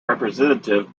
representative